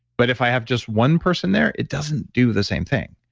but if i have just one person there, it doesn't do the same thing.